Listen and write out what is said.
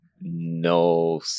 no